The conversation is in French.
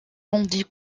tandis